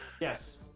Yes